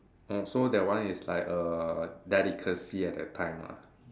oh so that one is like a delicacy at that time lah